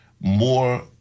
more